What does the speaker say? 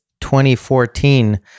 2014